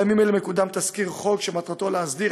בימים אלה מקודם תזכיר חוק שמטרתו להסדיר